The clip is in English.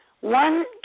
one